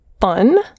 fun